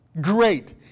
great